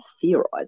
theorize